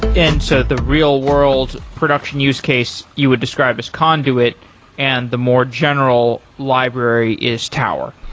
and so the real world production use case you would describe as conduit and the more general library is tower.